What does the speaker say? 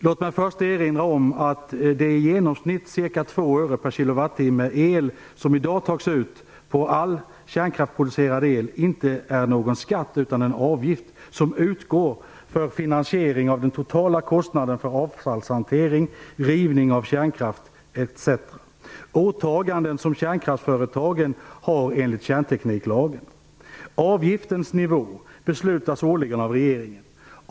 Låt mig först erinra om att de i genomsnitt 2 öre/kWh el som i dag tas ut på all kärnkraftsproducerad el inte är någon skatt utan en avgift, som utgår för finansiering av den totala kostnaden för avfallshantering, rivning av kärnkraftverken etc. - åtaganden som kärnkraftföretagen har enligt kärntekniklagen. Avgiftens nivå beslutas årligen av regeringen.